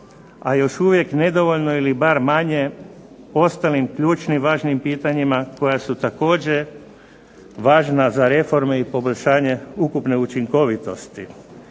a još uvijek nedovoljno ili bar manje ostalim ključnim važnim pitanjima koja su također važna za reforme i poboljšanje ukupne učinkovitosti.